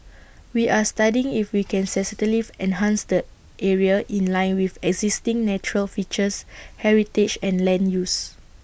we are studying if we can enhance the area in line with existing natural features heritage and land use